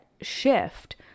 shift